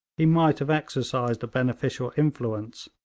he might have exercised a beneficial influence.